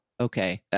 Okay